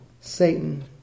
Satan